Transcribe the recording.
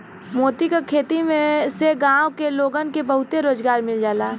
मोती क खेती से गांव के लोगन के बहुते रोजगार मिल जाला